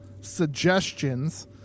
suggestions